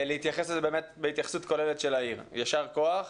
יישר כוח.